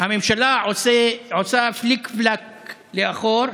הממשלה עושה פליק-פלאק לאחור